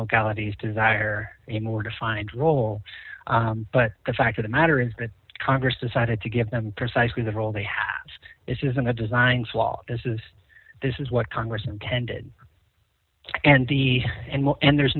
localities desire a more defined role but the fact of the matter is that congress decided to give them precisely the role they have this isn't a design flaw this is this is what congress intended and the and well and there's